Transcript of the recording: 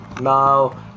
Now